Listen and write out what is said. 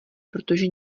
protože